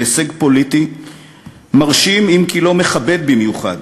בהישג פוליטי מרשים אם כי לא מכבד במיוחד,